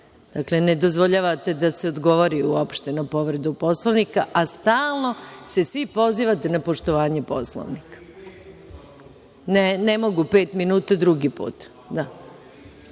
Dakle, ne dozvoljavate da se odgovori uopšte na povredu Poslovnika, a stalno se svi pozivati na poštovanje Poslovnika.(Milorad Mirčić,